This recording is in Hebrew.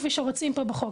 כפי שרוצים פה בחוק.